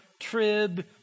trib